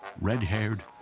red-haired